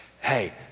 Hey